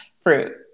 fruit